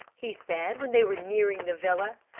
he said when they were nearing the villa.